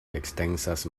extensas